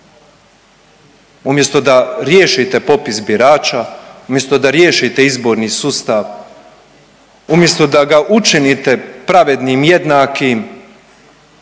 umjesto da riješite popis birača, umjesto da riješite izborni sustav, umjesto da ga učinite pravednim jednakim